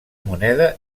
moneda